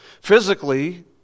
Physically